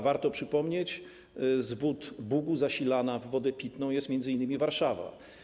Warto przypomnieć, że z wód Bugu zasilana w wodę pitną jest m.in. Warszawa.